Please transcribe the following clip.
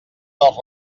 dels